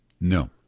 No